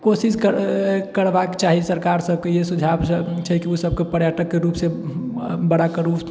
कोशिश करबाक चाही सरकार सबके इएह सुझावसब छै कि ओ सबके पर्यटकके रूपसँ बड़ा करू आओर